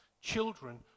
Children